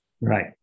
right